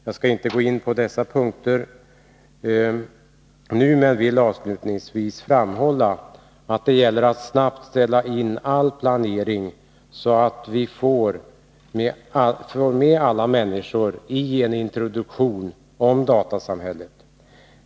Jag skall inte gå in på dessa punkter nu, men vill avslutningsvis framhålla att det gäller att snabbt ställa in all planering på att vi skall få med alla människor i en introduktion till datasamhället.